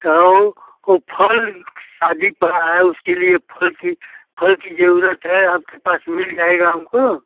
sir वो वो फल शादी पड़ा है उसके लिए फल की फल की जरूरत है आपके पास मिल जाएगा हमको